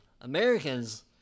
Americans